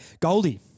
Goldie